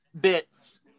bits